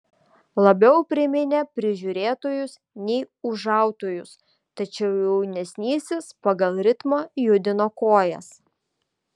labiau priminė prižiūrėtojus nei ūžautojus tačiau jaunesnysis pagal ritmą judino kojas